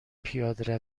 پیاده